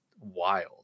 wild